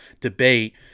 debate